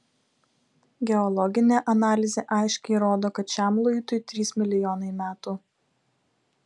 geologinė analizė aiškiai rodo kad šiam luitui trys milijonai metų